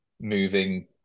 moving